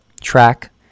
track